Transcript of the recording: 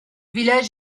village